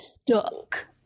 stuck